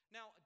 Now